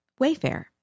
Wayfair